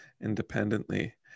independently